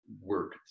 work